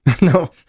No